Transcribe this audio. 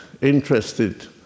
interested